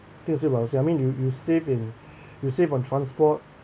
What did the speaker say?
think is still about the same I mean you you save in you save on transport